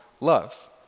love